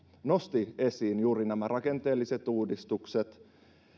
nosti esiin juuri nämä rakenteelliset uudistukset